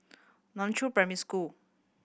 Nan Chiau Primary School